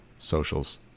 Socials